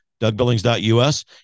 DougBillings.us